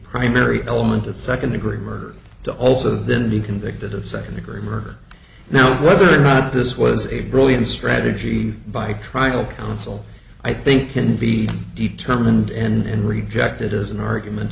primary element of second degree murder to also then be convicted of second degree murder now whether or not this was a brilliant strategy by trial counsel i think can be determined and rejected as an argument